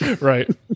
Right